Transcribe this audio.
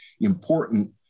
important